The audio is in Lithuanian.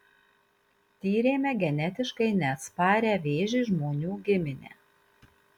tyrėme genetiškai neatsparią vėžiui žmonių giminę